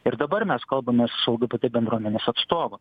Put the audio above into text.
ir dabar mes kalbamės su lgbt bendruomenės atstovu